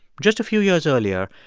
just a few years earlier,